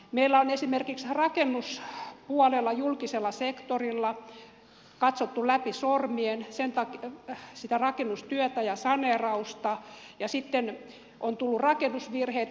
meillä on esimerkiksi rakennuspuolella julkisella sektorilla katsottu läpi sormien sitä rakennustyötä ja saneerausta ja sitten on tullut rakennusvirheitä homeongelmia